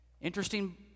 Interesting